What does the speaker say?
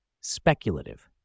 Speculative